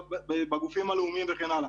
בגופים הלאומיים וכן הלאה,